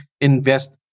invest